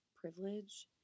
privilege